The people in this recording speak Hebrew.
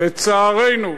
לצערנו,